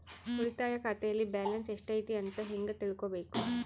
ಉಳಿತಾಯ ಖಾತೆಯಲ್ಲಿ ಬ್ಯಾಲೆನ್ಸ್ ಎಷ್ಟೈತಿ ಅಂತ ಹೆಂಗ ತಿಳ್ಕೊಬೇಕು?